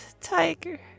tiger